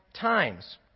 times